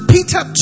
Peter